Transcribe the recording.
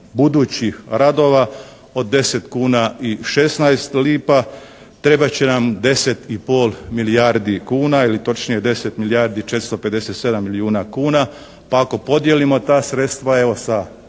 budućih radova od 10 kuna i 16 lipa trebat će nam 10 i pol milijardi kuna ili točnije 10 milijardi 457 milijuna kuna pa ako podijelimo ta sredstva